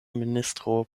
ministro